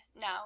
now